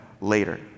later